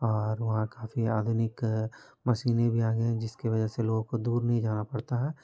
और वहाँ काफ़ी आधुनिक मशीनें भी आ गई है जिसकी वजह से लोगों को दूर नहीं जाना पड़ता है